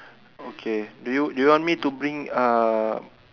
okay do you do you want me to bring uh